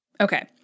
Okay